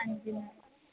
ਹਾਂਜੀ ਮੈਮ